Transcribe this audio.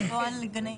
לא על גנים?